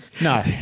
No